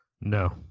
No